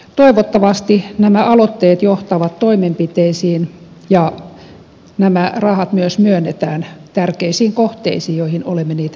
toivottavasti nämä aloitteet johtavat toimenpiteisiin ja nämä rahat myös myönnetään tärkeisiin kohteisiin joihin olemme niitä esittäneet